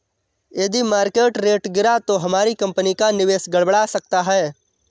यदि market rate गिरा तो हमारी कंपनी का निवेश गड़बड़ा सकता है